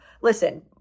Listen